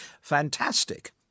fantastic